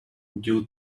due